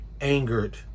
angered